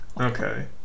Okay